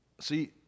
See